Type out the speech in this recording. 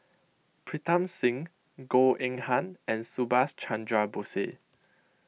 Pritam Singh Goh Eng Han and Subhas Chandra Bose